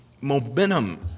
momentum